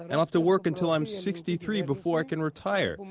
and i'll have to work until i'm sixty three before i can retire.